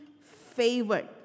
favored